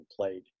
played